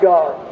God